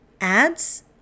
Ads